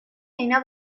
اینا